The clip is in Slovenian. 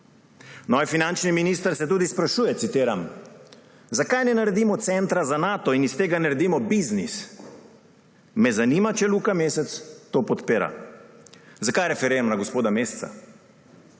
Novi finančni minister se tudi sprašuje, citiram: »Zakaj ne naredimo centra za Nato in iz tega ne naredimo biznisa?« Me zanima, če Luka Mesec to podpira. Zakaj referiram na gospoda Mesca?